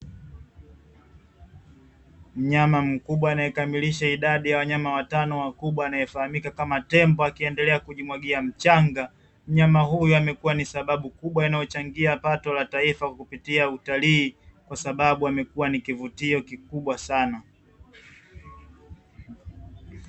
Mnyama mkubwa anayekamilisha idadi ya wanyama watano wakubwa anayefahamika kama Tembo akiendelea kujimwagia mchanga, mnyama huyu amekua ni sababu kubwa inayochangia pato la taifa kupitia utalii, kwa sababu amekua ni kivutio kikubwa sana.